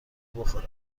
بخورم